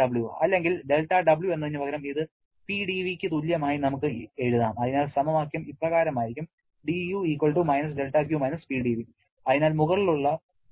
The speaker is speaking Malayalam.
δW അല്ലെങ്കിൽ δW എന്നതിനുപകരം ഇത് PdV ക്ക് തുല്യമായി നമുക്ക് എഴുതാം അതിനാൽ സമവാക്യം ഇപ്രകാരമാകും dU - δQ - PdV അതിനാൽ മുകളിലുള്ള